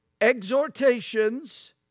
exhortations